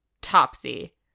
Topsy